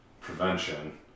prevention